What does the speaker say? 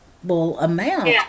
Amount